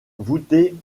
voûtée